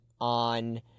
On